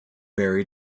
barry